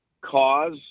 cause